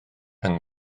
yng